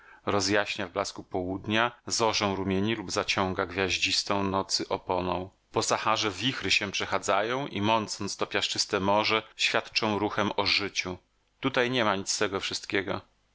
rozjaśnia w blasku południa zorzą rumieni lub zaciąga gwiaździstą nocy oponą po saharze wichry się przechadzają i mącąc to piaszczyste morze świadczą ruchem o życiu tutaj niema nic z tego wszystkiego